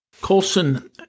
Colson